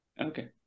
Okay